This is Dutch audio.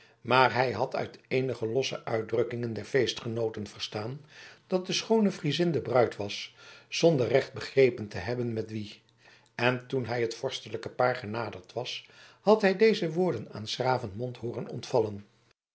maar hij had uit eenige losse uitdrukkingen der feestgenooten verstaan dat de schoone friezin de bruid was zonder recht begrepen te hebben met wien en toen hij het vorstelijke paar genaderd was had hij deze woorden aan s graven mond hooren ontvallen